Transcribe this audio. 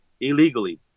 illegally